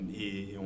et